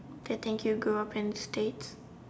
to think you grew up in states